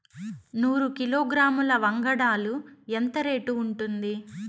నూరు కిలోగ్రాముల వంగడాలు ఎంత రేటు ఉంటుంది?